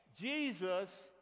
Jesus